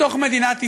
בתוך מדינת ישראל,